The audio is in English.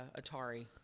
Atari